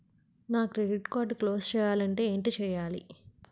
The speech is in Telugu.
నా క్రెడిట్ కార్డ్ క్లోజ్ చేయాలంటే ఏంటి చేయాలి?